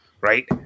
right